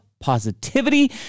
positivity